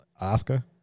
Oscar